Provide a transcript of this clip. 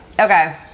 Okay